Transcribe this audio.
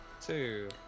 Two